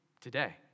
today